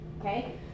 Okay